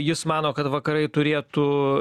jis mano kad vakarai turėtų